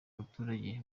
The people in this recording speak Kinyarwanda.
abaturage